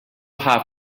have